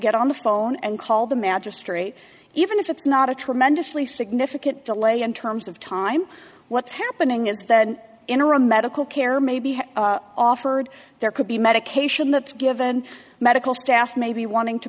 get on the phone and call the magistrate even if it's not a tremendously significant delay in terms of time what's happening is that interim medical care may be offered there could be medication that given medical staff may be wanting to